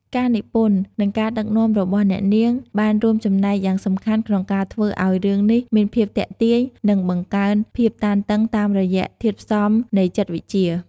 ការនិពន្ធ និងការដឹកនាំរបស់អ្នកនាងបានរួមចំណែកយ៉ាងសំខាន់ក្នុងការធ្វើឱ្យរឿងនេះមានភាពទាក់ទាញ និងបង្កើនភាពតានតឹងតាមរយៈធាតុផ្សំនៃចិត្តវិទ្យា។